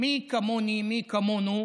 מי כמוני, מי כמונו,